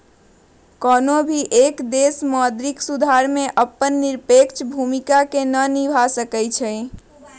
कौनो भी एक देश मौद्रिक सुधार में अपन निरपेक्ष भूमिका के ना निभा सका हई